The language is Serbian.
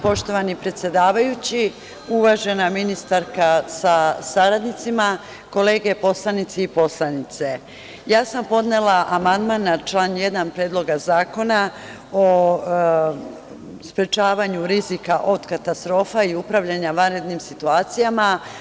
Poštovani predsedavajući, uvažena ministarka sa saradnicima, kolege poslanici i poslanice, podnela sam amandman na član 1. Predloga zakona o sprečavanju rizika od katastrofa i upravljanja vanrednim situacijama.